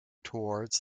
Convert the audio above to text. towards